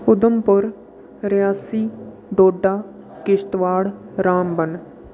Udhampur Reasi Doda Kishtwar Ramban